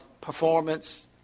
performance